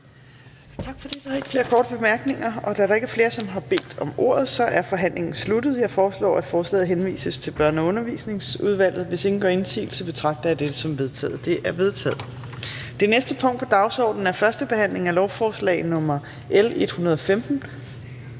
Tak for det. Der er ikke flere korte bemærkninger Da der ikke er flere, som har bedt om ordet, er forhandlingen sluttet. Jeg foreslår, at forslaget henvises til Børne- og Undervisningsudvalget. Hvis ingen gør indsigelse, betragter jeg dette som vedtaget. Det er vedtaget. --- Det næste punkt på dagsordenen er: 28) 1. behandling af lovforslag nr. L 115: